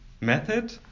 method